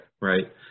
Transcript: right